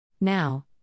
Now